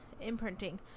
imprinting